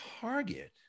target